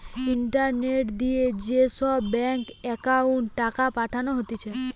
internet দিয়ে যে সব ব্যাঙ্ক এ টাকা পাঠানো হতিছে